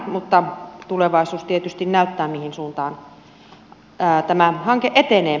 mutta tulevaisuus tietysti näyttää mihin suuntaan tämä hanke etenee